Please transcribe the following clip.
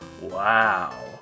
wow